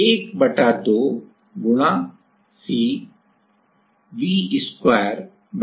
तो यह 12 C Vवर्ग d है